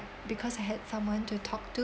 because I had someone to talk to